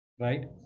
right